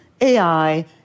AI